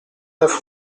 neuf